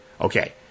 Okay